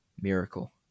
Miracle